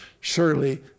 surely